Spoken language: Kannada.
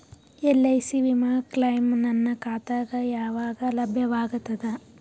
ಎಲ್.ಐ.ಸಿ ವಿಮಾ ಕ್ಲೈಮ್ ನನ್ನ ಖಾತಾಗ ಯಾವಾಗ ಲಭ್ಯವಾಗತದ?